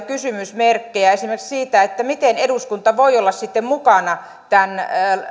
kysymysmerkkejä esimerkiksi siitä miten eduskunta voi olla sitten mukana tämän